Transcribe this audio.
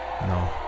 No